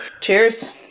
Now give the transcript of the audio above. Cheers